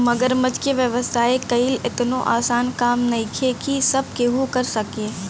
मगरमच्छ के व्यवसाय कईल एतनो आसान काम नइखे की सब केहू कर सके